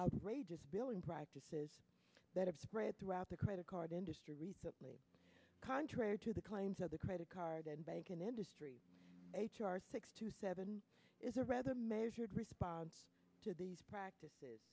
outrageous billing practices that have spread throughout the credit card industry recently contrary to the claims of the credit card banking industry six to seven is a rather measured response to these practices